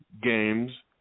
games